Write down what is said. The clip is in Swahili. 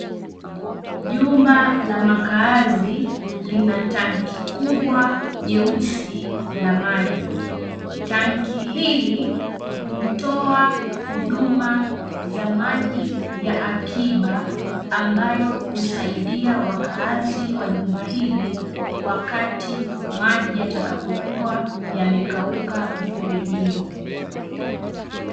Jumba la makazi lina tangi kubwa jeusi la maji. Tanki hili hutoa huduma za maji ya akiba ambayo husaidia wakazi wa jumba hili wakati maji yatakapokuwa yamekauka mferejini.